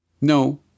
No